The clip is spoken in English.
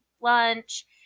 lunch